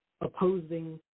opposing